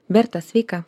berta sveika